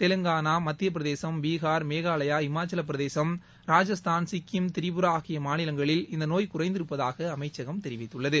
தெலுங்கானா மத்திய பிரதேசம் பிகார் மேகாலயா ஹிமாச்சல பிரதேசம் ராஜஸ்தான் சிக்கிம் திரிபுரா ஆகிய மாநிலங்களில் இந்த நோய் குறைந்திருப்பதாக அமைச்சகம் தெரிவித்துள்ளது